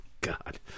God